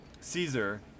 Caesar